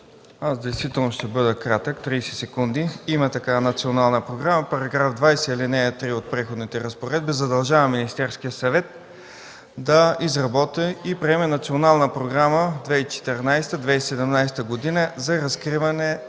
ОГНЯН СТОИЧКОВ: Ще бъде кратък – 30 секунди. Има такава национална програма. Параграф 20, ал. 3 от Преходните разпоредби задължава Министерския съвет да изработи и приеме Национална програма 2014-2017 г. за разкриване